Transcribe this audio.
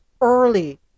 early